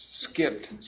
skipped